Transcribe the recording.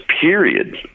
period